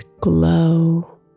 glow